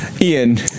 Ian